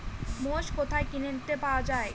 মোষ কোথায় কিনে পাওয়া যাবে?